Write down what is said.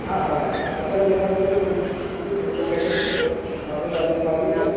হ্যাঁ হ্যাঁ আর তাহলে লেবারদেরকে বলে দিচ্ছি এগুলো প্যাকিং করতে আপনি তাড়াতাড়ি পাঠিয়ে দেন